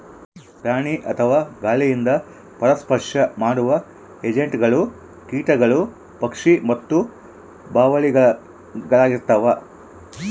ಪ್ರಾಣಿ ಅಥವಾ ಗಾಳಿಯಿಂದ ಪರಾಗಸ್ಪರ್ಶ ಮಾಡುವ ಏಜೆಂಟ್ಗಳು ಕೀಟಗಳು ಪಕ್ಷಿ ಮತ್ತು ಬಾವಲಿಳಾಗಿರ್ತವ